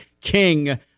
king